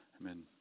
Amen